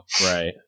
Right